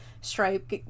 Stripe